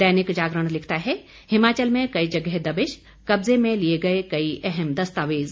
दैनिक जागरण लिखता है हिमाचल में कई जगह दबिश कब्जे में लिए गए कई अहम दस्तावेज